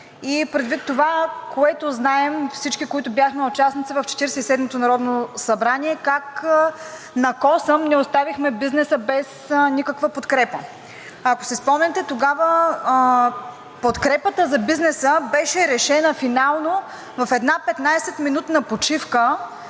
и предвид това, което знаем всички, които бяхме участници в Четиридесет и седмото народно събрание, как на косъм не оставихме бизнеса без никаква подкрепа. Ако си спомняте, тогава подкрепата за бизнеса беше решена финално в една 15-минутна почивка